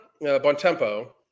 bontempo